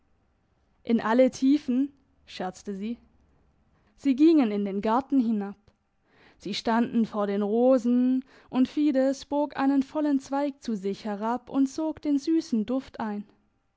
in alle tiefen scherzte sie sie gingen in den garten hinab sie standen vor den rosen und fides bog einen vollen zweig zu sich herab und sog den süssen duft ein